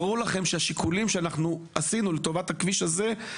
ברור לכם שהשיקולים שאנחנו עשינו לטובת הכביש הזה,